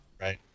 Right